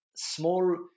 Small